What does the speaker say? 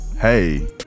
hey